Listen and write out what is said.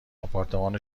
آپارتمان